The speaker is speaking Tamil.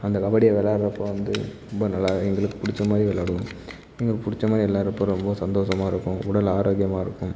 அந்த கபடியை விளாட்றப்ப வந்து ரொம்ப நல்லா எங்களுக்கு பிடிச்ச மாதிரி விளாடுவோம் எங்களுக்கு பிடிச்ச மாதிரி விளாட்றப்ப ரொம்ப சந்தோஷமா இருக்கும் உடல் ஆரோக்கியமாக இருக்கும்